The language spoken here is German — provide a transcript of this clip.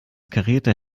karierte